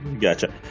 gotcha